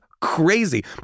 crazy